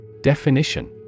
Definition